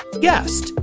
guest